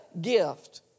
gift